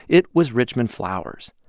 it was richmond flowers.